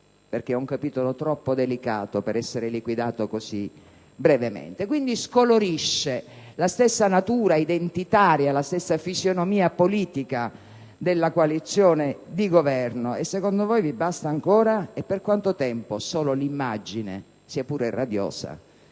perché è un capitolo troppo delicato per essere liquidato così brevemente. Quindi, scolorisce la stessa natura identitaria, la stessa fisionomia politica della coalizione di Governo. E, secondo voi, vi basta ancora, e per quanto tempo, solo l'immagine sia pure radiosa